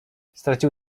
stracił